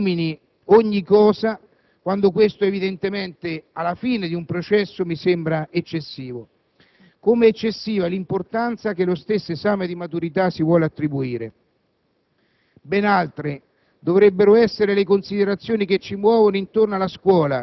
facendolo diventare una sorta di stella cometa che guidi e illumini ogni cosa, quando questo è evidentemente alla fine di un processo, mi sembra eccessivo, come eccessiva è l'importanza che allo stesso esame di maturità si vuole attribuire.